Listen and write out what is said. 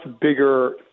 bigger